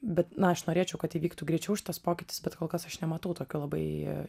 bet na aš norėčiau kad įvyktų greičiau šitas pokytis bet kol kas aš nematau tokio labai